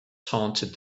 taunted